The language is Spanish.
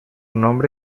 nombre